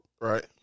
Right